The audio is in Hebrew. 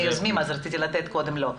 רציתי לתת קודם לו.